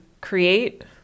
create